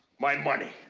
my money.